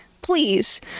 please